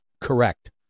correct